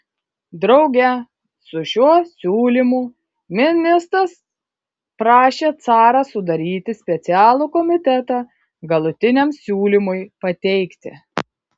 drauge su šiuo siūlymu ministras prašė carą sudaryti specialų komitetą galutiniam siūlymui pateikti